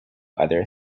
other